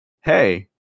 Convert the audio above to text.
hey